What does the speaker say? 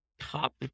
top